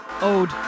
ode